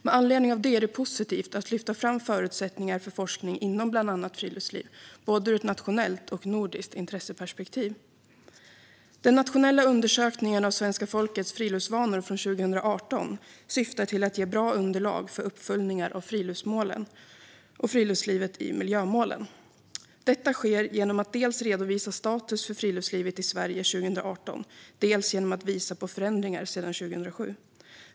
Med anledning av detta är det positivt att lyfta fram förutsättningar för forskning inom bland annat friluftsliv, både ur ett nationellt och nordiskt intresseperspektiv. Den nationella undersökningen av svenska folkets friluftsvanor från 2018 syftar till att ge ett bra underlag för uppföljningar av friluftsmålen och friluftslivet i miljömålen. Detta sker genom att man dels redovisar status för friluftslivet i Sverige 2018, dels visar på förändringar sedan 2007.